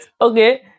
okay